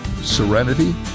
serenity